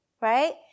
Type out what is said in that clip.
right